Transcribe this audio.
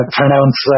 pronounce